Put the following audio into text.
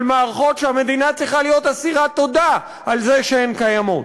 מערכות שהמדינה צריכה להיות אסירת תודה על זה שהן קיימות.